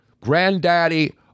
granddaddy